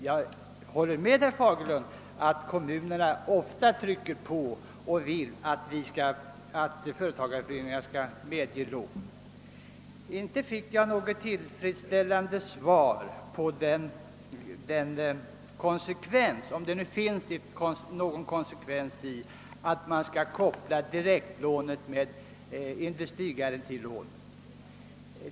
Jag håller med herr Fagerlund om att kommunerna ofta trycker på och vill att företagareföreningarna skall medge lån. Inte fick jag något tillfredsställande svar på min fråga om det finns någon konsekvens i att man skall sammankoppla direktlånet med industrigarantilånet.